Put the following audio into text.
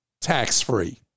tax-free